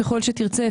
ככל שתרצה,